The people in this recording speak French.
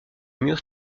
murs